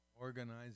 organize